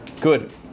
Good